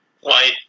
White